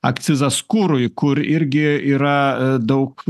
akcizas kurui kur irgi yra daug